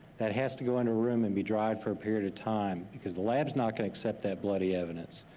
that has to go into a room and be dried for a period of time, because the lab's not gonna accept that bloody evidence,